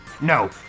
No